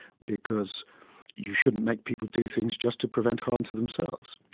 because you shouldn't make people do things just to prevent harm to themselves.